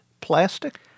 plastic